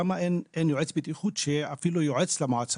למה אין יועץ בטיחות שאפילו יועץ בטיחות,